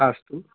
अस्तु